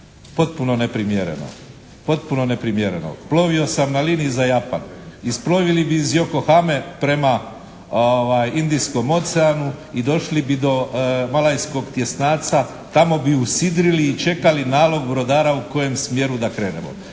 potpuno neprimjereno, potpuno neprimjereno. Plovio sam na liniji za Japan. Isploviti bi iz Yokohame prema Indijskom oceanu i došli bi do Malajskog tjesnaca. Tamo bi usidrili i čekali nalog brodara u kojem smjeru da krenemo.